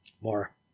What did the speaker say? More